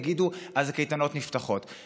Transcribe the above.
יגידו: אז הקייטנות נפתחות.